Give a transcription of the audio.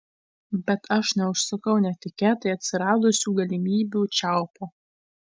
bet aš neužsukau netikėtai atsiradusių galimybių čiaupo